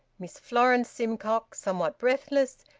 miss florence simcox, somewhat breathless,